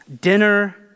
dinner